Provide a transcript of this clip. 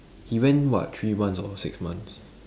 he went what three months or six months